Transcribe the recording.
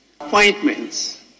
appointments